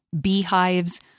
Beehives